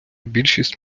більшість